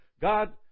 God